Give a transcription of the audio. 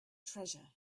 treasure